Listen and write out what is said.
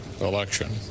election